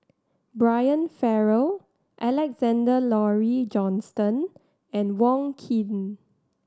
Brian Farrell Alexander Laurie Johnston and Wong Keen